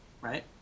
right